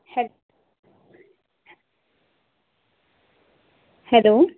hello